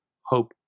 hope